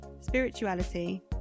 spirituality